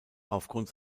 aufgrund